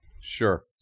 Sure